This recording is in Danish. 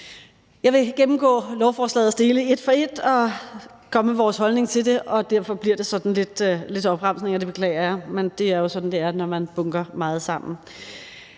Jeg vil gennemgå lovforslagets dele et for et og komme med vores holdning til det. Derfor bliver det sådan lidt opremsning. Det beklager jeg, men det er jo sådan, det er, når man bunker meget sammen.